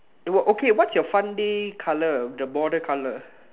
oh okay what's your fun day colour the border colour